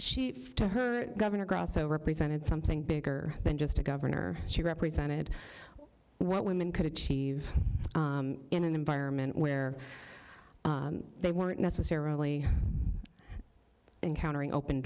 she to her governor grasso represented something bigger than just a governor she represented what women could achieve in an environment where they weren't necessarily encountering open